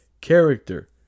character